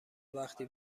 وقتی